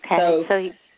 Okay